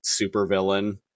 supervillain